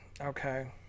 Okay